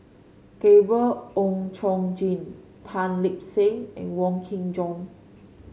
Gabriel Oon Chong Jin Tan Lip Seng and Wong Kin Jong